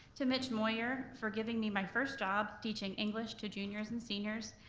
to mitch moyer for giving me my first job teaching english to juniors and seniors,